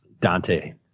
Dante